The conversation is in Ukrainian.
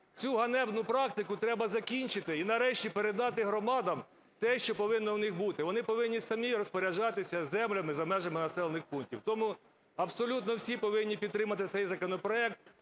цю ганебну практику треба закінчити. І, нарешті, передати громадам те, що повинно в них бути. Вони повинні самі розпоряджатися землями за межами населених пунктів. Тому абсолютно всі повинні підтримати цей законопроект.